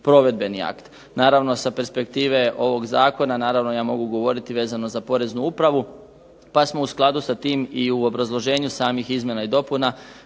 provedbeni akt. Naravno sa perspektive ovog zakona, naravno ja mogu govoriti vezano za Poreznu upravu, pa smo u skladu sa tim i u obrazloženju samih izmjena i dopuna